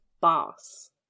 boss